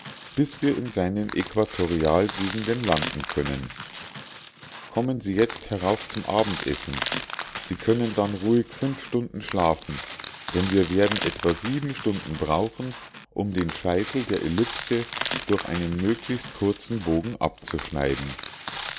bis wir in seinen äquatorialgegenden landen können kommen sie jetzt herauf zum abendessen sie können dann ruhig fünf stunden schlafen denn wir werden etwa sieben stunden brauchen um den scheitel der ellipse durch einen möglichst kurzen bogen abzuschneiden